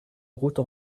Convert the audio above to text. route